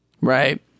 Right